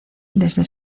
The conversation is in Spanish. desde